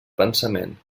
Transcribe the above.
pensament